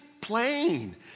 plain